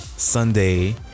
Sunday